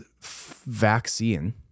vaccine